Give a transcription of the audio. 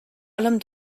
allem